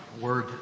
word